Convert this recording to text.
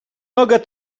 nogę